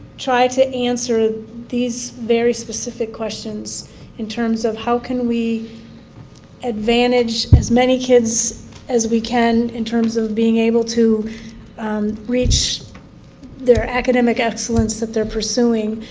try to answer these very specific questions in terms of how can we advantage as many kids as we can in terms of being able to reach their academic excellence that they're pursuing.